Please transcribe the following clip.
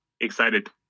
excited